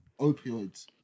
Opioids